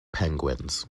penguins